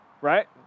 Right